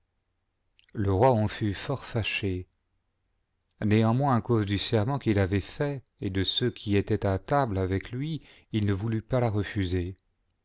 le roi en fut fort fâché néanmoins à cause du serment quil avait fait et de ceux qui étaient à table avec lui il ne voulut pas la refuser